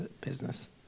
business